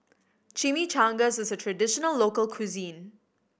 Chimichangas is a traditional local cuisine